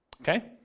Okay